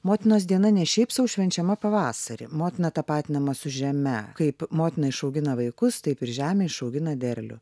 motinos diena ne šiaip sau švenčiama pavasarį motina tapatinama su žeme kaip motina išaugina vaikus taip ir žemė išaugina derlių